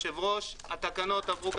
עברו,